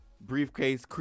briefcase